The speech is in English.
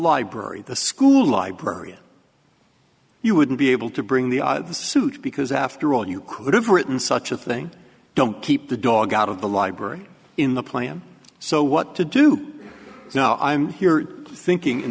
library the school librarian you wouldn't be able to bring the the suit because after all you could have written such a thing don't keep the dog out of the library in the plan so what to do now i'm here thinking in